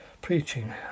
preaching